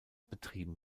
betrieben